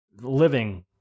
Living